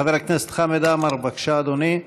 חבר הכנסת חמד עמאר, בבקשה, אדוני.